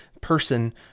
person